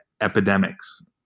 epidemics